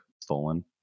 stolen